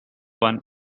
one